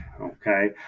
okay